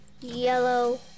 yellow